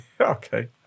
Okay